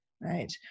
Right